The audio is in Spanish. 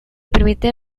permite